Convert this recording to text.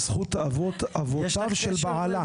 על זכות אבות אבותיו של בעלה.